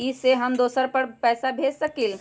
इ सेऐ हम दुसर पर पैसा भेज सकील?